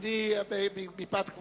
מי בעד?